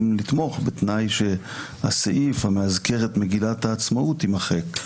לתמוך בתנאי שהסעיף המאזכר את מגילת העצמאות יימחק.